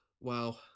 wow